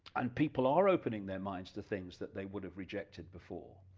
and people are opening their minds to things that they would have rejected before,